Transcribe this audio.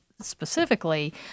specifically